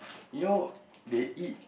you know they eat